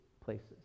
places